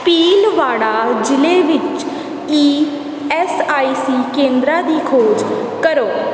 ਭੀਲਵਾੜਾ ਜ਼ਿਲ੍ਹੇ ਵਿੱਚ E S I C ਕੇਂਦਰਾਂ ਦੀ ਖੋਜ ਕਰੋ